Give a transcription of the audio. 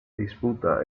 disputa